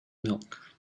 milk